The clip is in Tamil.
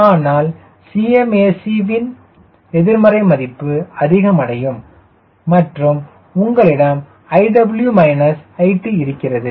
ஆனால் Cmac வின் எதிர்மறை மதிப்பு அதிகம் அடையும் மற்றும் உங்களிடம் iw it இருக்கிறது